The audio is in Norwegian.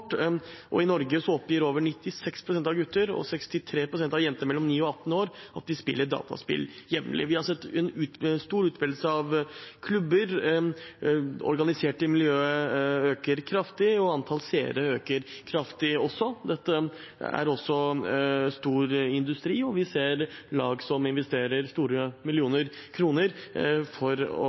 sport, og i Norge oppgir over 96 pst. av gutter og 63 pst. av jenter mellom 9 og 18 år at de spiller dataspill jevnlig. Vi har sett en stor utbredelse av klubber, det organiserte miljøet vokser kraftig, og antall seere øker også kraftig. Dette er også en stor industri, og vi ser lag som investerer store millionbeløp for å